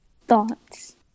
thoughts